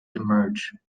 emerge